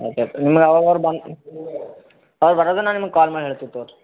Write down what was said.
ಆಯ್ತು ಆಯ್ತು ನಿಮಗೆ ಅವಾಗ ಅವ್ರು ಬಂದು ಅವ್ರು ಬರೋದು ನಾನು ನಿಮಗೆ ಕಾಲ್ ಮಾಡಿ ಹೇಳ್ತೀವಿ ತೊಗೊಳಿ